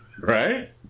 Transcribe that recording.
Right